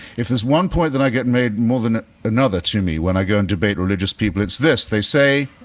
if there's one point that i get made more than another to me when i go and debate religious people, it's this they say,